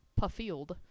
Puffield